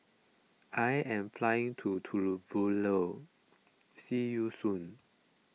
I am flying to Tuvalu now see you soon